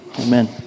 Amen